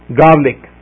garlic